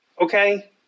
Okay